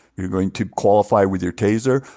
you're going to qualify with your taser,